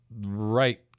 right